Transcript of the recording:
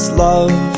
love